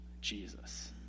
Jesus